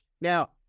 Now